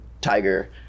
tiger